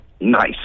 nice